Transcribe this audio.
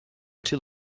till